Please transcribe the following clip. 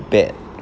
that